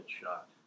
shot